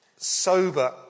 Sober